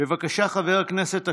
בבקשה, חבר הכנסת אקוניס.